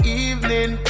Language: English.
evening